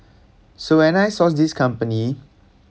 so when I sourced this company